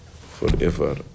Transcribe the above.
forever